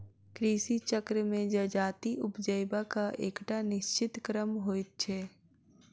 कृषि चक्र मे जजाति उपजयबाक एकटा निश्चित क्रम होइत छै